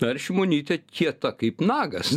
na ir šimonytė kieta kaip nagas